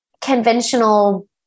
conventional